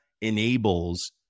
enables